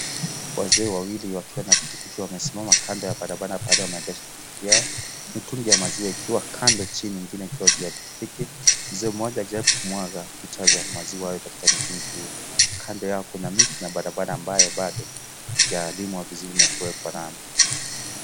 Wazee wawili wakiwa na pikipiki wamesimama kando ya barabara pahali wameegesha pikipiki yao, mitungi ya maziwa ikiwa kando chini mingine ikiwa juu ya pikipiki mzee moja akijaribu kumwaga kucha za maziwa hayo katika mitungi hiyo, kando yao kuna miti na baranara ambayo bado haijalimwa vizuri na kuwekwa lami.